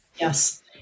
Yes